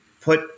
put